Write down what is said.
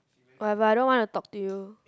whatever I don't want to talk to you